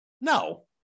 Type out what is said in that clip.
No